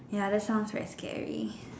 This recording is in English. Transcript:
ya that sounds very scary